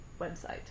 website